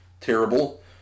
terrible